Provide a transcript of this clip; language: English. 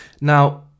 Now